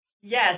Yes